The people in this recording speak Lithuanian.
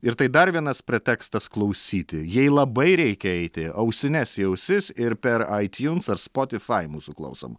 ir tai dar vienas pretekstas klausyti jei labai reikia eiti ausines į ausis ir per aitiuns ar spotifai mūsų klausom